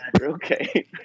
okay